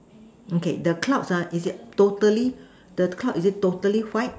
okay the clouds ah is totally the clouds is it totally white